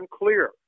unclear